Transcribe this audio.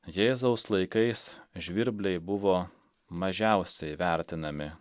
jėzaus laikais žvirbliai buvo mažiausiai vertinami